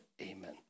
amen